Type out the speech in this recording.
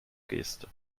geste